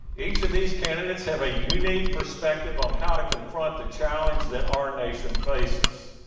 each of these candidates have a unique perspective on how to confront the challenge that our nation faces.